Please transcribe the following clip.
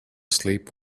sleep